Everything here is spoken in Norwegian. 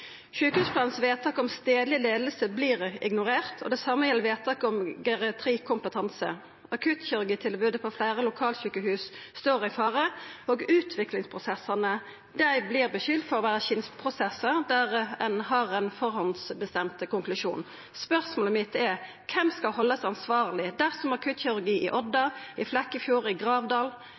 om. Vedtaket i sjukehusplanen om stadleg leiing vert ignorert, og det same gjeld vedtaket om geriatrikompetanse. Akuttkirurgitilbodet på fleire lokalsjukehus står i fare, og utviklingsprosessane vert skulda for å vera skinnprosessar, der ein på førehand har bestemt ein konklusjon. Spørsmålet mitt er: Kven skal haldast ansvarleg dersom akuttkirurgiane i Odda, i Flekkefjord, i Gravdal